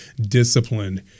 discipline